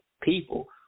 people